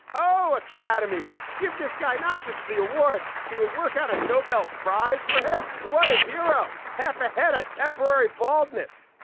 oh, academy, give this guy not just the award. can you work out a nobel prize for him? what a hero. half a head, a temporary baldness.